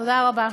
תודה רבה.